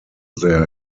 their